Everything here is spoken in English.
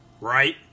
Right